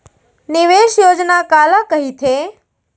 निवेश योजना काला कहिथे?